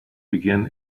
begin